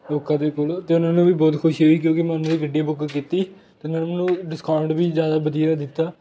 ਲੋਕਾਂ ਦੇ ਕੋਲ ਅਤੇ ਉਹਨਾਂ ਨੂੰ ਵੀ ਬਹੁਤ ਖੁਸ਼ੀ ਹੋਈ ਕਿਉਂਕਿ ਮੈਂ ਉਹਨਾਂ ਦੀ ਗੱਡੀਆਂ ਬੁੱਕ ਕੀਤੀ ਕਿਤੇ ਮੈਨੂੰ ਡਿਸਕਾਊਂਟ ਵੀ ਜ਼ਿਆਦਾ ਵਧੀਆ ਦਿੱਤਾ